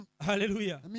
Hallelujah